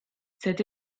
cette